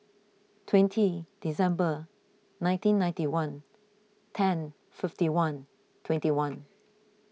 twenty December nineteen ninety one ten fifty one twenty one